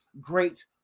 Great